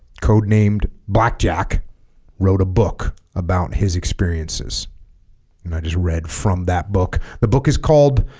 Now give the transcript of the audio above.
codenamed blackjack wrote a book about his experiences and i just read from that book the book is called